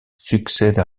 succède